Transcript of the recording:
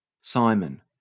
Simon